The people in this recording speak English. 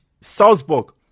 Salzburg